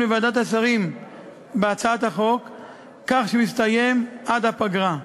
בהצעת החוק בוועדת השרים כך שהוא יסתיים עד הפגרה.